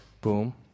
Boom